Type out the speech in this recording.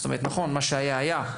זאת אומרת, נכון, מה שהיה היה,